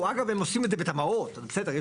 אגב, הם עושים את זה בתמ"אות, אז זה בסדר.